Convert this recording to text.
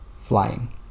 flying